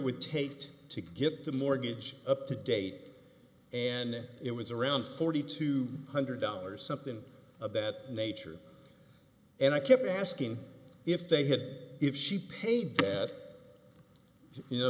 with tate to get the mortgage up to date and it was around forty two hundred dollars something of that nature and i kept asking if they had if she paid that you know